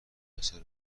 اثر